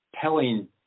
telling